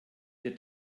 wir